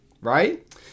right